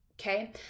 Okay